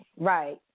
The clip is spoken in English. Right